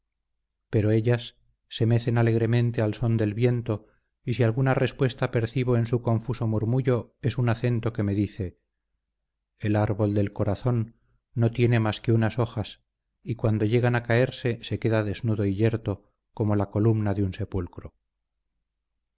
pero ellas se mecen alegremente al son del viento y si alguna respuesta percibo en su confuso murmullo es un acento que me dice el árbol del corazón no tiene más que unas hojas y cuando llegan a caerse se queda desnudo y yerto como la columna de un sepulcro